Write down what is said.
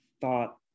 thought